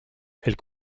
elle